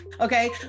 okay